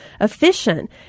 efficient